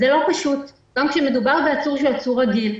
זה לא פשוט גם כשמדובר בעצור רגיל.